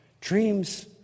Dreams